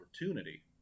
opportunity